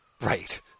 Right